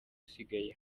usigaye